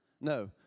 No